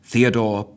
Theodore